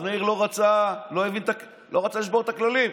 אז מאיר לא רצה לשבור את הכללים.